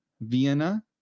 Vienna